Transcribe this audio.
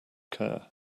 care